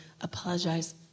Apologize